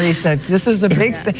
the said. this is a big